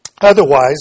otherwise